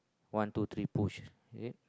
one two three push again